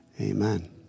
Amen